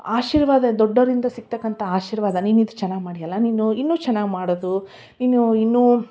ಆಶೀರ್ವಾದ ದೊಡ್ಡೋರಿಂದ ಸಿಗ್ತಕ್ಕಂಥ ಆಶೀರ್ವಾದ ನೀನಿದು ಚೆನ್ನಾಗಿ ಮಾಡೀಯಲ್ಲ ನೀನು ಇನ್ನೂ ಚೆನ್ನಾಗಿ ಮಾಡೋದು ನೀನು ಇನ್ನೂ ಇನ್ನೂ